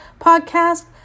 podcast